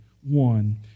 one